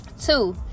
two